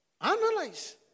Analyze